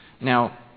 Now